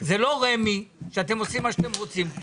זה לא רמ"י שאתם עושים מה שאתם רוצים.